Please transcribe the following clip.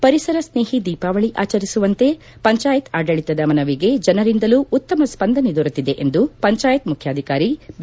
ಪರಿಸರ ಸ್ನೇಹಿ ದೀಪಾವಳಿ ಆಚರಿಸುವಂತೆ ಪಂಚಾಯತ್ ಆಡಳಿತದ ಮನವಿಗೆ ಜನರಿಂದಲೂ ಉತ್ತಮ ಸ್ವಂದನೆ ದೊರೆತಿದೆ ಎಂದು ಪಂಜಾಯತ್ ಮುಖ್ಯಾಧಿಕಾರಿ ಬಿ